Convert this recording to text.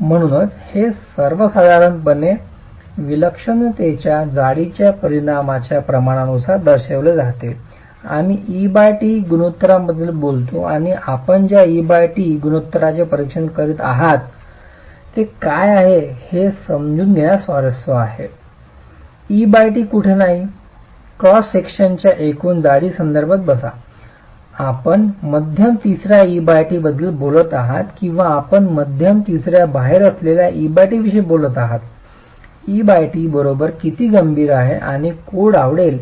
म्हणून हे सर्वसाधारणपणे विलक्षणतेच्या जाडीच्या परिणामाच्या प्रमाणानुसार दर्शविले जाते आम्ही e t गुणोत्तरांबद्दल बोलतो आणि आपण ज्या e t गुणोत्तरांचे परीक्षण करीत आहात ते काय आहे हे समजून घेण्यात स्वारस्य आहे e t कुठे नाही क्रॉस सेक्शनच्या एकूण जाडीसंदर्भात बसा आपण मध्यम तिसर्याच्या e t बद्दल बोलत आहात किंवा आपण मध्यम तिसर्याच्या बाहेर असलेल्या e t विषयी बोलत आहात e t बरोबर किती गंभीर आहे आणि कोड आवडेल